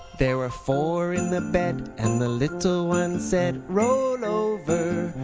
there were four in the bed and the little one said, roll over,